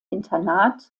internat